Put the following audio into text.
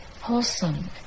wholesome